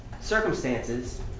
Circumstances